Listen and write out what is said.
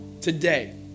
today